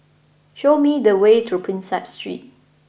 show me the way to Prinsep Street